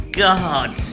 god